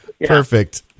Perfect